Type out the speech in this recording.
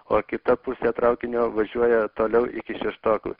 o kita pusė traukinio važiuoja toliau iki šeštokų